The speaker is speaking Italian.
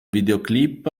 videoclip